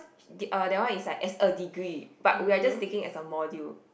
uh that one is like as a degree but we are just taking as a module